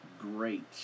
great